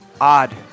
odd